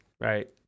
right